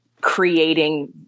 creating